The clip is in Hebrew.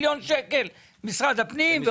אם זה מיליון שקל במשרד הפנים,